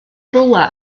rhywle